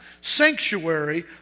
sanctuary